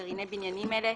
גרעיני בניינים אלה,